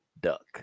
duck